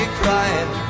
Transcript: crying